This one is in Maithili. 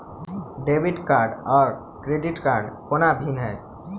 डेबिट कार्ड आ क्रेडिट कोना भिन्न है?